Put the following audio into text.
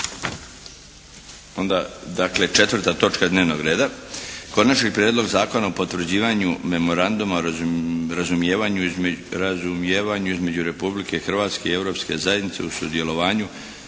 Onda dakle, 4. točka dnevnog reda 4. Prijedlog Zakona o potvrđivanju Memoranduma o razumijevanju između Republike Hrvatske i Europske zajednice o sudjelovanju